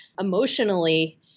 emotionally